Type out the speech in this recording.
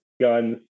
guns